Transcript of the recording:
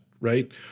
right